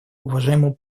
уважаемому